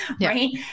Right